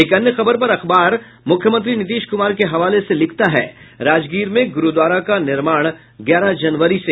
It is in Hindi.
एक अन्य खबर पर अखबार मुख्यमंत्री नीतीश कुमार के हवाले से लिखता है राजगीर में गरूद्वारा का निर्माण ग्यारह जनवरी से